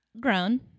grown